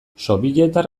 sobietar